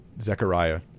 zechariah